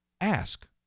Ask